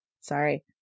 Sorry